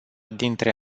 dintre